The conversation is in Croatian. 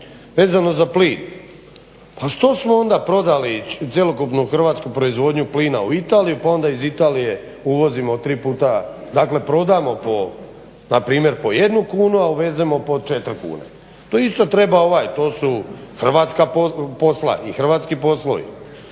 vezano za plin, pa što smo onda prodali cijelu hrvatsku proizvodnju plina u Italiji, pa onda iz Italije uvozimo tri puta, dakle prodamo po npr. 1 kunu a uvezemo po 4 kune, to isto treba, to su hrvatska posla i hrvatski poslovi.